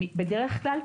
בדרך כלל,